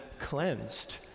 cleansed